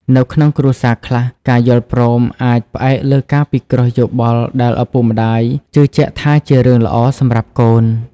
នៅក្នុងគ្រួសារខ្លះ ការយល់ព្រមអាចផ្អែកលើការពិគ្រោះយោបល់ដែលឪពុកម្ដាយជឿជាក់ថាជារឿងល្អសម្រាប់កូន។